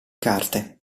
carte